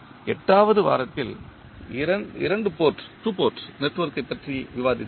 8 வது வாரத்தில் இரண்டு போர்ட் நெட்வொர்க்கைப் பற்றி விவாதித்தோம்